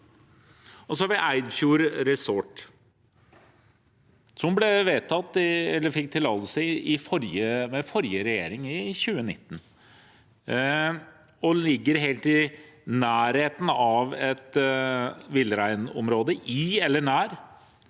Så har vi Eidfjord Resort, som fikk tillatelse under forrige regjering, i 2019, og ligger helt i nærheten av et villreinområde – i eller nær.